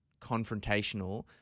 confrontational